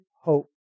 hope